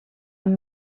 amb